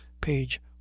page